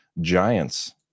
giants